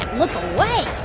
look away